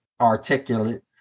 articulate